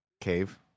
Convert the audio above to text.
cave